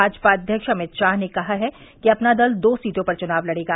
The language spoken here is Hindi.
भाजपा अव्यक्ष अमित शाह ने कहा है कि अपना दल दो सीटों पर चुनाव लड़ेगा